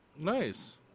Nice